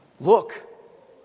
Look